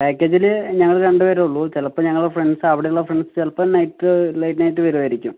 പാക്കേജിൽ ഞങ്ങൾ രണ്ടുപേരെ ഉള്ളൂ ചിലപ്പോൾ ഞങ്ങളെ ഫ്രണ്ട്സ് അവിടുള്ള ഫ്രണ്ട്സ് ചിലപ്പം നൈറ്റ് ലേറ്റ് നൈറ്റ് വരുമായിരിക്കും